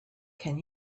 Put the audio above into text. can